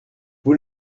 vous